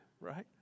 right